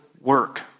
work